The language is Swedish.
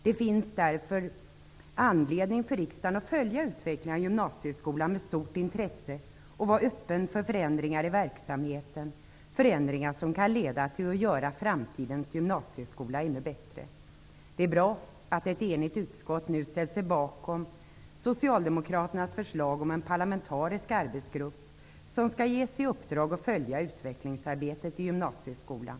Det finns därför anledning för riksdagen att följa utvecklingen av gymnasieskolan med stort intresse och vara öppen för förändringar i verksamheten som kan leda till att göra framtidens gymnasieskola ännu bättre. Det är bra att ett enigt utskott nu ställt sig bakom socialdemokraternas förslag om en parlamentarisk arbetsgrupp som skall ges i uppdrag att följa utvecklingsarbetet i gymnasieskolan.